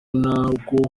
narwo